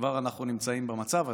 כבר אנחנו נמצאים במצב הזה,